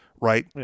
right